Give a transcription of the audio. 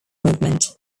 movement